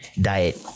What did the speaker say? diet